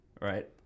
right